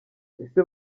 ese